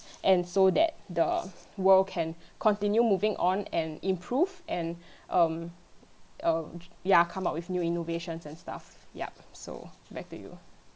and so that the world can continue moving on and improve and um um ya come up with new innovations and stuff ya so back to you